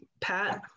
Pat